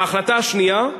ההחלטה השנייה,